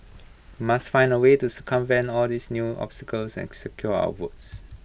must find A way to circumvent all these new obstacles and secure our votes